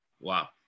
Wow